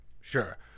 Sure